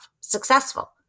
successful